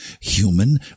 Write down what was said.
human